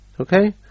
okay